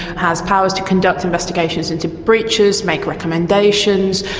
has powers to conduct investigations into breaches, make recommendations,